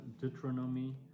Deuteronomy